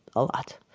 a lot.